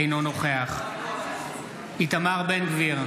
אינו נוכח איתמר בן גביר,